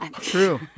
True